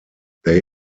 they